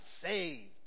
saved